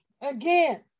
again